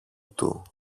του